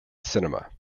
cinema